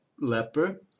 leper